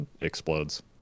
explodes